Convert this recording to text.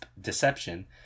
deception